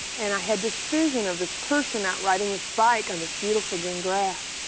and i had this vision of this person out riding this bike on this beautiful green grass.